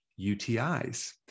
UTIs